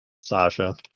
Sasha